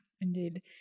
indeed